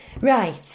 Right